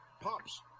pops